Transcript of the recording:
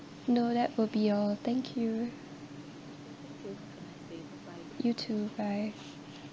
no that would be all thank you you too bye